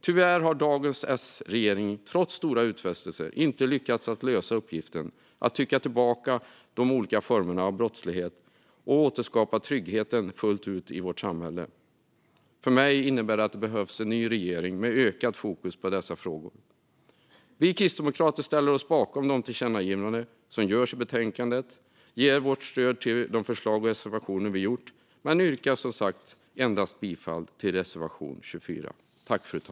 Tyvärr har dagens S-regering trots stora utfästelser inte lyckats lösa uppgiften att trycka tillbaka de olika formerna av brottslighet och fullt ut återskapa tryggheten i vårt samhälle. För mig innebär detta att det behövs en ny regering med ökat fokus på dessa frågor. Vi kristdemokrater ställer oss bakom de tillkännagivanden som görs i betänkandet och ger vårt stöd till de förslag och reservationer vi lagt fram men yrkar som sagt bifall endast till reservation 24.